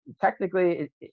Technically